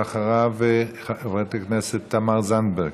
ואחריו, חברת הכנסת תמר זנדברג.